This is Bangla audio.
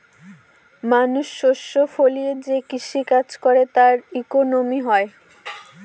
মানুষ শস্য ফলিয়ে যে কৃষি কাজ করে তার ইকোনমি হয়